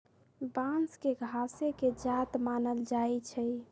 बांस के घासे के जात मानल जाइ छइ